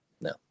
no